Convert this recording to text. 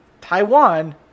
Taiwan